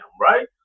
right